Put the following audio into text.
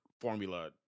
formula